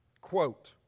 Quote